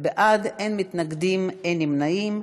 בעד, 8, אין מתנגדים, אין נמנעים.